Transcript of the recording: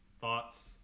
thoughts